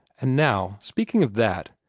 and now, speaking of that,